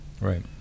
right